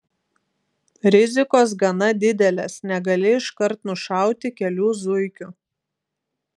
rizikos gana didelės negali iškart nušauti kelių zuikių